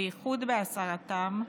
בייחוד בהסרתם,